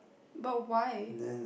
but why